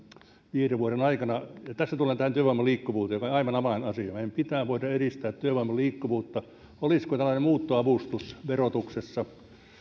viiden vuoden aikana tässä tullaan tähän työvoiman liikkuvuuteen joka on aivan avainasia meidän pitää voida edistää työvoiman liikkuvuutta olisiko tällainen ruotsin mallinen muuttoavustus verotuksessa